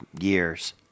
years